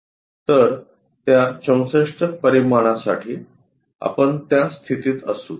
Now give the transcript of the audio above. तर त्या 64 परिमाणासाठी आपण त्या स्थितीत असू